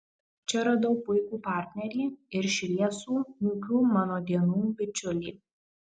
čia radau puikų partnerį ir šviesų niūkių mano dienų bičiulį